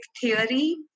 theory